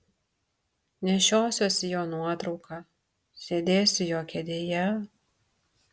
nešiosiuosi jo nuotrauką sėdėsiu jo kėdėje